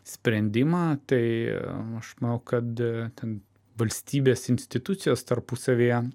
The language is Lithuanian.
sprendimą tai aš manau kad ten valstybės institucijos tarpusavyje